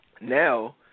Now